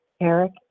Eric